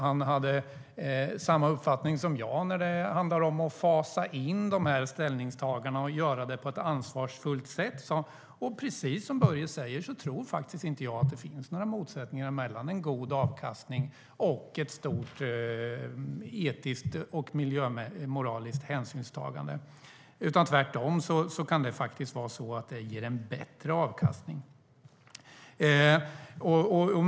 Han hade samma inställning som jag när det gäller att fasa in ställningstagandena och göra det på ett ansvarsfullt sätt. Precis som Börje tror jag inte att det finns några motsättningar mellan en god avkastning och ett stort etiskt och miljömoraliskt hänsynstagande. Tvärtom kan det faktiskt vara så att det ger bättre avkastning.